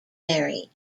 mary